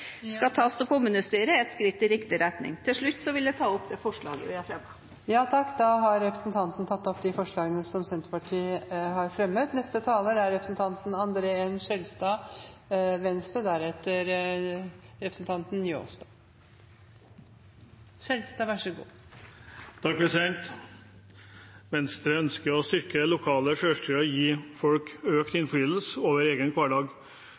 skal tas av kommunestyret, er skritt i riktig retning. Til slutt vil jeg ta opp de forslagene vi har fremmet. Representanten Heidi Greni har tatt opp de forslagene som Senterpartiet har fremmet. Venstre ønsker å styrke det lokale selvstyret og gi folk økt innflytelse over egen hverdag. Det lokale selvstyret innskrenkes stadig mer av statlig detaljstyring og